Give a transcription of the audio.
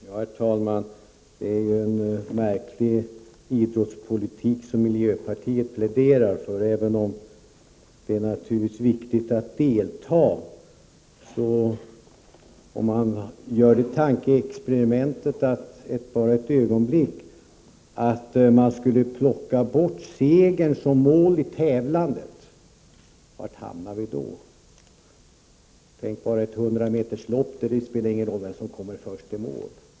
Herr talman! Det är en märklig idrottspolitik som miljöpartiet pläderar för. Det är naturligtvis viktigt att delta, men om man gör tankeexperimentet att segern skulle plockas bort som mål i tävlandet, var hamnar vi då? Tänk er bara ett hundrameterslopp där det inte spelar någon roll vem som kommer först i mål!